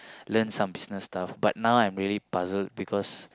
learn some business stuff but now I'm really puzzled because